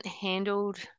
handled